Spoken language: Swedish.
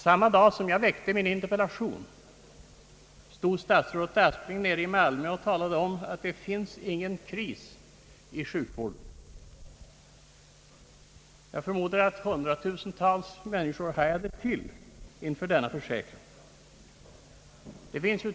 Samma dag som jag framställde min interpellation talade statsrådet Aspling i Malmö om att det inte finns någon kris inom sjukvården. Jag förmodar att hundratusentals människor reagerade inför denna försäkran.